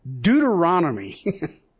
Deuteronomy